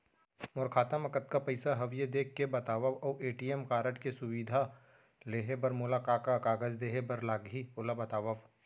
मोर खाता मा कतका पइसा हवये देख के बतावव अऊ ए.टी.एम कारड के सुविधा लेहे बर मोला का का कागज देहे बर लागही ओला बतावव?